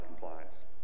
compliance